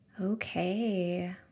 Okay